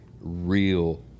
real